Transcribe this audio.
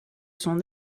son